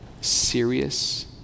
serious